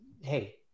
hey